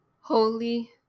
Holy